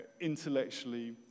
intellectually